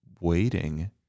waiting